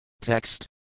Text